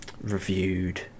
reviewed